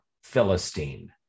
philistine